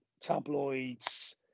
tabloids